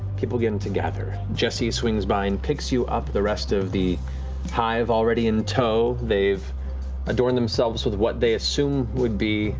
people begin to gather. jesse swings by and picks you up, the rest of the hive already in tow. they've adorned themselves with what they assumed would be